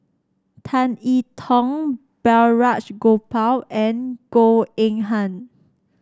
Tan I Tong Balraj Gopal and Goh Eng Han